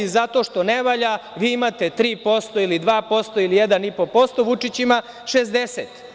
Zato što ne valja vi imate 3% ili 2% ili 1,5%, Vučić ima 60%